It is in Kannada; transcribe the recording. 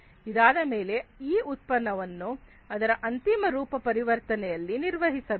ಇದಾದ ಮೇಲೆ ಈ ಉತ್ಪನ್ನವನ್ನು ಅದರ ಅಂತಿಮ ರೂಪ ಪರಿವರ್ತನೆಯಲ್ಲಿ ನಿರ್ಮಿಸಬೇಕು